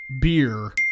beer